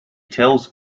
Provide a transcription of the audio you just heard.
tells